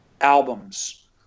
albums